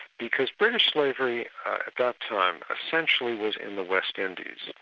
because british slavery at that time essentially was in the west indies,